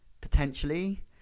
Potentially